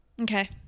Okay